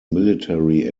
military